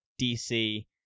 DC